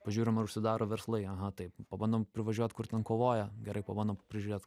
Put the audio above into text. pažiūrim ar užsidaro verslai aha taip pabandom privažiuot kur ten kovoja gerai pabandom prižiūrėt